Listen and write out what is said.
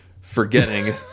forgetting